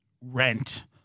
rent